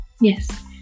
Yes